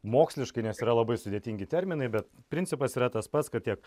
moksliškai nes yra labai sudėtingi terminai bet principas yra tas pats kad tiek